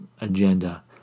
agenda